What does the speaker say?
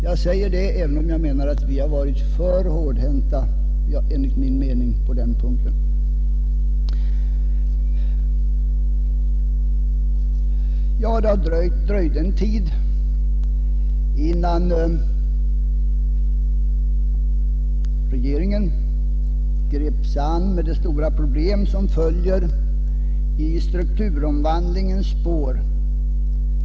Jag säger detta även om jag menar att vi har varit för hårdhänta på den punkten. Det dröjde också ganska länge innan regeringen grep sig an med de stora problem som följer i strukturomvandlingens spår.